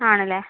ആണല്ലേ